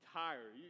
tired